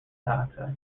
dioxide